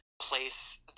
place